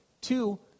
Two